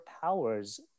powers